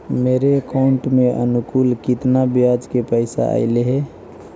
मेरे अकाउंट में अनुकुल केतना बियाज के पैसा अलैयहे?